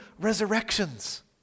resurrections